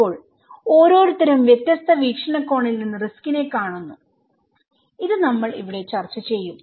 ഇപ്പോൾ ഓരോരുത്തരും വ്യത്യസ്ത വീക്ഷണകോണിൽ നിന്ന് റിസ്കിനെ കാണുന്നു ഇത് നമ്മൾ ഇവിടെ ചർച്ച ചെയ്യും